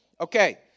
Okay